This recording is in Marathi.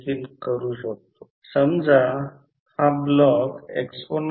तर ∅ m m f रिलक्टन्स हे वेबर आणि फ्लक्स डेन्सिटी B ∅ A